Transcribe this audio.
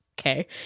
okay